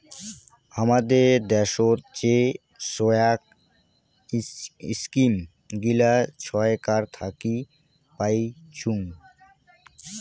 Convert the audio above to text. হামাদের দ্যাশোত যে সোগায় ইস্কিম গিলা ছরকার থাকি পাইচুঙ